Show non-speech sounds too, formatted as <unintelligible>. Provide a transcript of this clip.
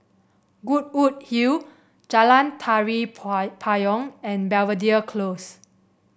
Goodwood Hill Jalan Tari <unintelligible> Payong and Belvedere Close